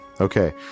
Okay